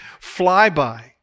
flyby